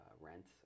rent